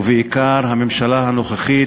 ובעיקר הממשלה הנוכחית,